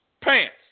pants